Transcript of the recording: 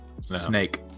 snake